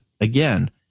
again